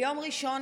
ביום ראשון,